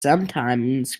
sometimes